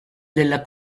della